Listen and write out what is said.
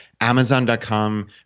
amazon.com